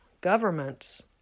governments